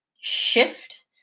shift